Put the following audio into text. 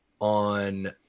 on